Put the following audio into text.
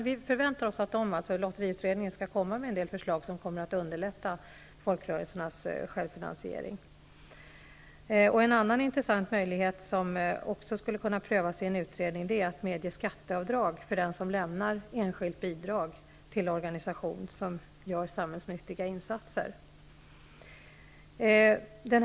Vi förväntar oss att lotteriutredningen skall komma med en del förslag som kommer att underlätta folkrörelsernas självfinansiering. En annan intressant möjlighet som också skulle kunna prövas i en utredning är att medge skatteavdrag för den som lämnar enskilt bidrag till organisation som gör samhällsnyttiga insatser.